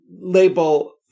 label